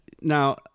Now